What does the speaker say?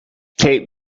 cape